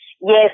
Yes